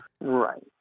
Right